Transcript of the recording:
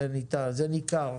זה ניכר,